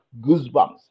goosebumps